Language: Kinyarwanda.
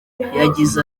yagize